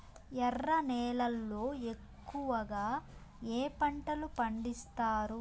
ఎర్ర నేలల్లో ఎక్కువగా ఏ పంటలు పండిస్తారు